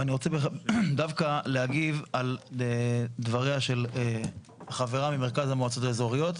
ואני רוצה דווקא להגיב על דבריה של חברה ממרכז המועצות האזוריות,